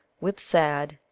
with sad,